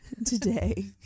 Today